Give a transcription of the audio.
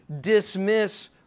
dismiss